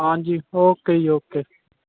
ਹਾਂਜੀ ਓਕੇ ਜੀ ਓਕੇ